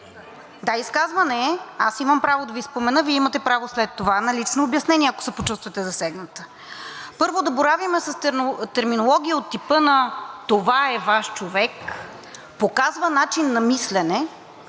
Да, изказване е, аз имам право да Ви спомена, Вие имате право след това на лично обяснение, ако се почувствате засегната. Първо, да боравим с терминология от типа на „това е Ваш човек“ показва начин на мислене